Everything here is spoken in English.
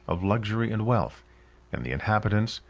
of luxury and wealth and the inhabitants,